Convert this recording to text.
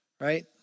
right